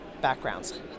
backgrounds